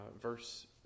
verse